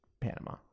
Panama